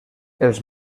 els